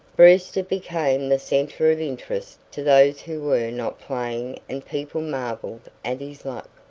brewster became the center of interest to those who were not playing and people marveled at his luck.